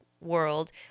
world